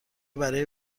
برای